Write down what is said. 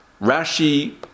Rashi